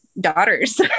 daughters